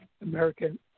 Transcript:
American